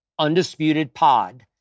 UndisputedPod